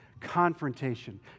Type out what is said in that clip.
confrontation